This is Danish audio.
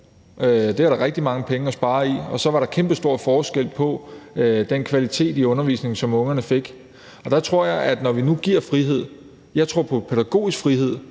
Det er der rigtig mange penge at spare ved. Og så var der kæmpestor forskel på den kvalitet i undervisningen, som ungerne fik. Når vi nu giver frihed, tror jeg på pædagogisk frihed,